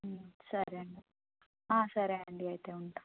సరే అండి సరే అండి అయితే ఉంటాను